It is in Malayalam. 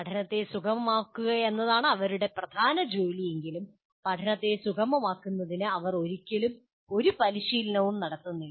പഠനത്തെ സുഗമമാക്കുകയെന്നതാണ് അവരുടെ പ്രധാന ജോലി എങ്കിലും പഠനത്തെ സുഗമമാക്കുന്നതിന് അവർ ഒരിക്കലും ഒരു പരിശീലനവും നടത്തുന്നില്ല